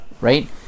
Right